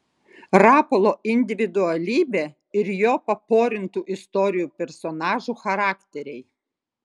rapolo individualybė ir jo paporintų istorijų personažų charakteriai